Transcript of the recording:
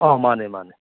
ꯑꯣ ꯃꯥꯅꯦ ꯃꯥꯅꯦ